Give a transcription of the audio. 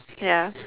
ya